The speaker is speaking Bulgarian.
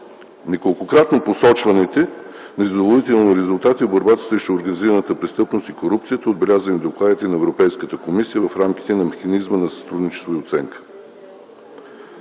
неколкократно посочваните незадоволителни резултати в борбата срещу организираната престъпност и корупцията, отбелязани в докладите на Европейската комисия в рамките на механизма на сътрудничество и оценка.